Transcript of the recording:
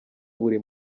buri